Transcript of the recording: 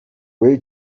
puede